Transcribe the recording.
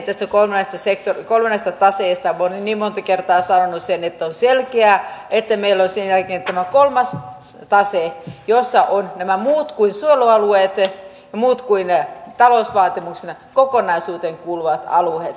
olen niin monta kertaa sanonut että on selkeää että meillä on sen jälkeen tämä kolmas tase jossa ovat nämä muut kuin suojelualueet ja muut kuin talousvaatimuksen kokonaisuuteen kuuluvat alueet